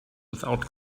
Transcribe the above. without